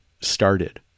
started